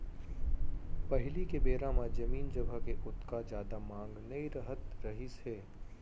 पहिली के बेरा म जमीन जघा के ओतका जादा मांग नइ रहत रहिस हे